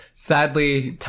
Sadly